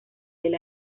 del